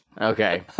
Okay